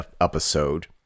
episode